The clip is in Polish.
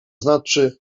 znaczy